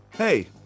Hey